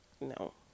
No